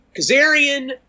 Kazarian